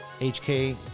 HK